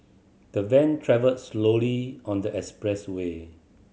the van travelled slowly on the expressway